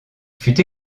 fut